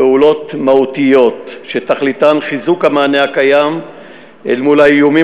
פעולות מהותיות שתכליתן חיזוק המענה הקיים אל מול האיומים